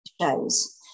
shows